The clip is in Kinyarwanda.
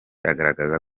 agaragaza